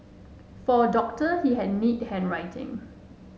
for a doctor he had neat handwriting